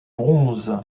bronze